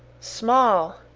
small!